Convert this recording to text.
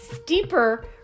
steeper